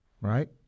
right